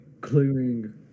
clearing